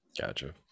Gotcha